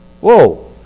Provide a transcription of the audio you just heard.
Whoa